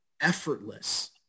effortless